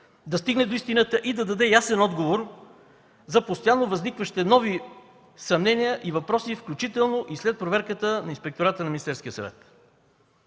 да стигне до истината и да даде ясен отговор за постоянно възникващите нови съмнения и въпроси, включително и след проверката на Инспектората на